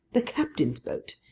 the captain's boat!